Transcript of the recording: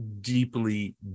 deeply